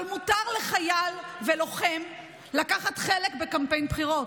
אבל מותר לחייל ולוחם לקחת חלק בקמפיין בחירות.